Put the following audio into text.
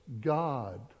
God